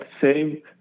saved